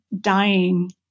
dying